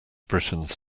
britain’s